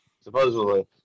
supposedly